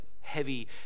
heavy